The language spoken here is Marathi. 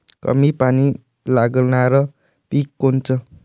कमी पानी लागनारं पिक कोनचं?